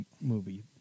movie